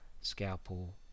scalpel